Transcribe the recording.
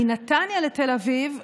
מנתניה לתל אביב,